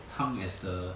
汤 as the